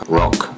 rock